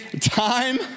time